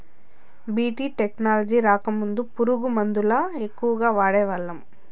BT technology రాకముందు పురుగు మందుల ఎక్కువగా వాడేవాళ్ళం